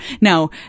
Now